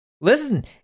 Listen